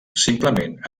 simplement